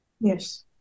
Yes